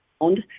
found